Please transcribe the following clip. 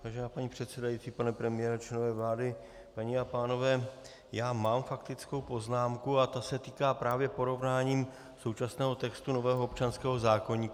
Vážená paní předsedající, pane premiére, členové vlády, paní a pánové, já mám faktickou poznámku a ta se týká právě porovnání současného textu nového občanského zákoníku.